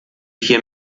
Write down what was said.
hier